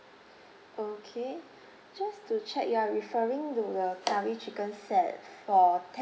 okay just to check you are referring to the curry chicken set for